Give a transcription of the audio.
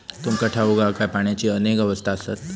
तुमका ठाऊक हा काय, पाण्याची अनेक अवस्था आसत?